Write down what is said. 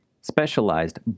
Specialized